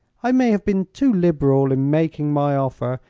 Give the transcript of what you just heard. i may have been too liberal in making my offer,